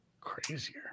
Crazier